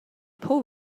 pull